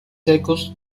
secos